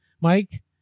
Mike